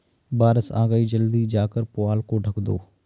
बारिश आ गई जल्दी जाकर पुआल को ढक दो